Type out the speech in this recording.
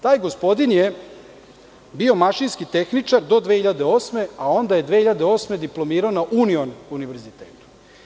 Taj gospodin je bio mašinski tehničar do 2008. godine, a onda je 2008. godine diplomirao na „Union“ univerzitetu.